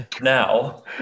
now